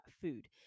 food